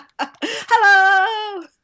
Hello